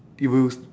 it was